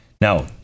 Now